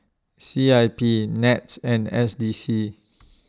C I P Nets and S D C